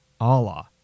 Allah